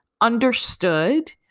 understood